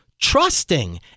Trusting